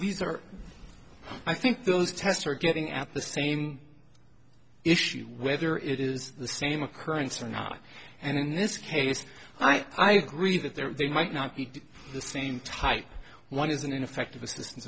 are i think those tests are getting at the same issue whether it is the same occurrence or not and in this case i agree that there might not be the same type one is an ineffective assistance